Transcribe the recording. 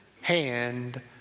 hand